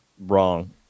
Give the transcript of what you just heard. wrong